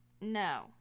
No